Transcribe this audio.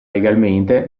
legalmente